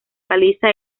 caliza